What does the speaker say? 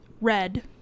Red